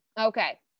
okay